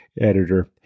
editor